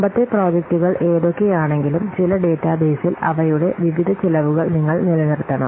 മുമ്പത്തെ പ്രോജക്റ്റുകൾ ഏതൊക്കെയാണെങ്കിലും ചില ഡാറ്റാബേസിൽ അവയുടെ വിവിധ ചിലവുകൾ നിങ്ങൾ നിലനിർത്തണം